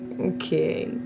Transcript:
Okay